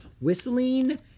whistling